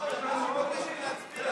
לא, היא אמרה שהיא מבקשת להצביע.